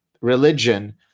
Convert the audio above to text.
religion